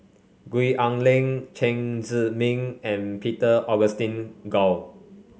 Gwee Ah Leng Chen Zhiming and Peter Augustine Goh